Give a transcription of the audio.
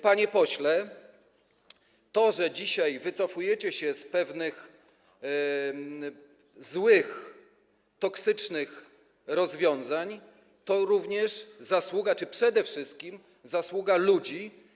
Panie pośle, to, że dzisiaj wycofujecie się z pewnych złych, toksycznych rozwiązań, to również zasługa czy przede wszystkim zasługa ludzi.